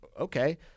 okay